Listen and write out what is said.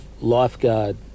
lifeguard